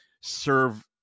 serve